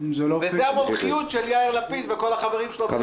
-- וזאת המומחיות של יאיר לפיד וכל החברים שלו ביש עתיד.